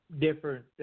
different